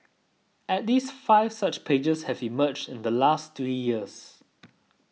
at least five such pages have emerged in the last three years